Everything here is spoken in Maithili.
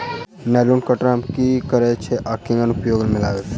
नाइलोन कटर सँ हम की करै छीयै आ केना उपयोग म लाबबै?